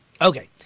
Okay